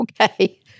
Okay